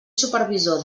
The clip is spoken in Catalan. supervisor